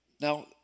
Now